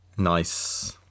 Nice